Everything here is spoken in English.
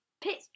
pit